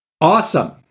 Awesome